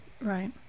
Right